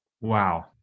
Wow